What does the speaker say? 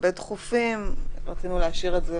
לגבי "דחופים" רצינו להשאיר את זה